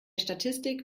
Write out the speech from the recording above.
statik